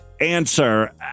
answer